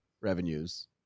revenues